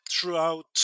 throughout